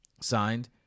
signed